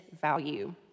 value